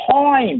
time